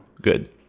Good